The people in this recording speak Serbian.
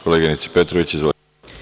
Koleginice Petrović, izvolite.